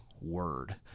word